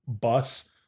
bus